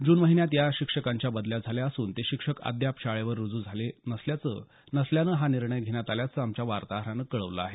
जून महिन्यात या शिक्षकांच्या बदल्या झाल्या असून ते शिक्षक अद्याप शाळेत सेवेवर रुजू झालेले नसल्यानं हा निर्णय घेण्यात आल्याचं आमच्या वार्ताहरानं कळवलं आहे